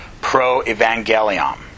pro-evangelium